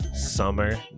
summer